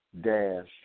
dash